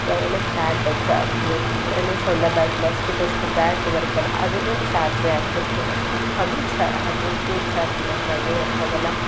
ಏನು ಬ್ಯಾಟ್ ಏನು ಸೊಳ್ಳೆ ಬ್ಯಾಟ್ ಮೊಸ್ಕಿಟೋಸ್ದು ಬ್ಯಾಟ್ ಬರುತ್ತಲ್ಲ ಅದನ್ನೂ ಚಾರ್ಜೇ ಹಾಕ್ಬೇಕು ಅದು ಚ ಅದಕ್ಕೂ ಚಾರ್ಜ್ ಇಲ್ಲಾಂದರೆ ಅದೂ ವರ್ಕ್ ಆಗೋಲ್ಲ